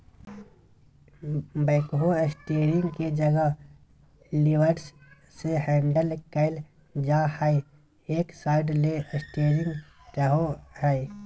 backhoe steering के जगह levers से हैंडल कइल जा हइ, एक साइड ले स्टेयरिंग रहो हइ